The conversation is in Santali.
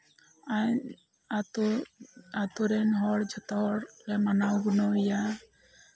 ᱟᱨ ᱟᱹᱛᱩ ᱟᱹᱛᱩᱨᱮᱱ ᱡᱷᱚᱛᱚ ᱦᱚᱲ ᱞᱮ ᱢᱟᱱᱟᱣ ᱜᱩᱱᱟᱹᱣᱮᱭᱟ